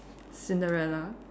Cinderella